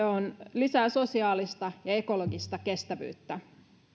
lisää sosiaalista ja ekologista kestävyyttä